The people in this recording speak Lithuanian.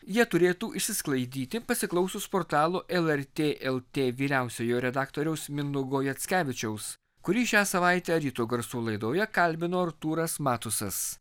jie turėtų išsisklaidyti pasiklausius portalo lrt lt vyriausiojo redaktoriaus mindaugo jackevičiaus kurį šią savaitę ryto garsų laidoje kalbino artūras matusas